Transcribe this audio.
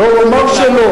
לא, הוא אמר שלא.